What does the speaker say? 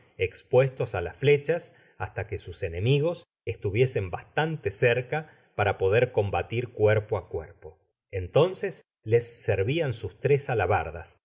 espuestos á las flechas hasta que sus enemigos estuviesen bastante cerca para poder combatir cuerpo a cuerpo entonces les servian sus tres alabardas